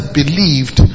believed